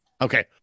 Okay